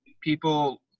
people